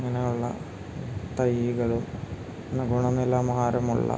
ഇങ്ങനെയുള്ള തൈകളും പിന്നെ ഗുണനിലവാരമുള്ള